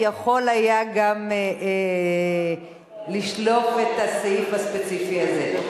יכול היה גם לשלוף את הסעיף הספציפי הזה.